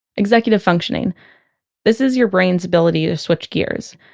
executive functioning this is your brain's ability to switch gears.